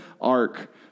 Ark